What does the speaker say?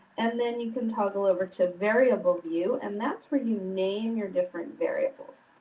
and then, you can toggle over to variable view and that's where you name your different variables.